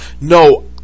No